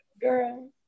girl